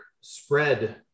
spread